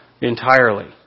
entirely